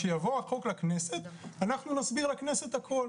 כשיבוא החוק לכנסת אנחנו נסביר לכנסת את הכול,